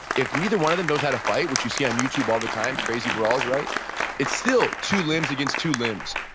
if neither one of them knows how to fight what you see on youtube all the time, crazy brawls, it's still two limbs against two limbs,